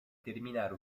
terminare